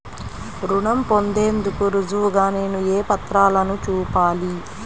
రుణం పొందేందుకు రుజువుగా నేను ఏ పత్రాలను చూపాలి?